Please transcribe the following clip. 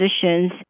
positions